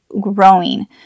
growing